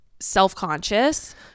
self-conscious